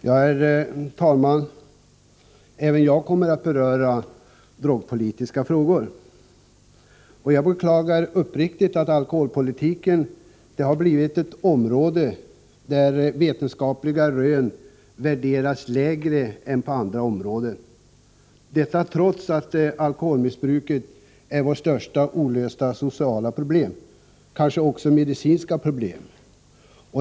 Herr talman! Även jag kommer att beröra drogpolitiska frågor. Jag beklagar uppriktigt att alkoholpolitiken har blivit ett område där vetenskapliga rön värderas lägre än på andra områden. Detta trots att alkoholmissbruket är vårt största olösta sociala problem, kanske även vårt största medicinska problem.